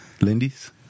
Lindy's